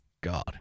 God